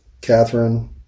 Catherine